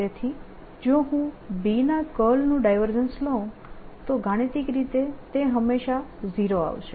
તેથી જો હું B ના કર્લનું ડાયવર્જન્સ લઉં તો ગાણિતિક રીતે તે હંમેશા 0 આવશે